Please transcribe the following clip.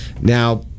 Now